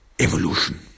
evolution